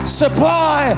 supply